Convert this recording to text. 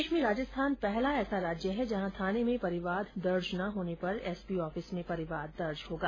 देश में राजस्थान पहला ऐसा राज्य है जहां थाने में परिवाद दर्ज न होने पर एसपी ऑफिस में परिवाद दर्ज होगा